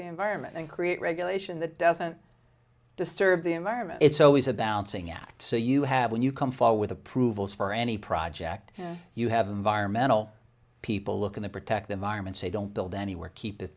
the environment and create regulation that doesn't disturb the environment it's always a balancing act so you have when you come for with approvals for any project you have environmental people looking to protect the environment say don't build anywhere keep